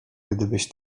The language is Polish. gdybyś